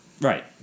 Right